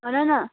भन न